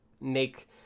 make